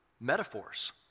metaphors